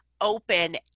open